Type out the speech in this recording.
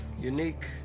unique